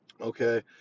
Okay